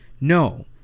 no